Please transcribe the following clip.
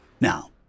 Now